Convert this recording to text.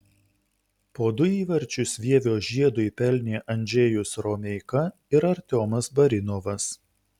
po du įvarčius vievio žiedui pelnė andžejus romeika ir artiomas barinovas